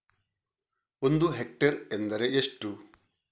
ಒಂದು ಹೆಕ್ಟೇರ್ ಎಂದರೆ ಎಷ್ಟು?